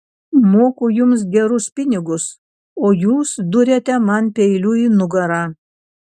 moku jums gerus pinigus o jūs duriate man peiliu į nugarą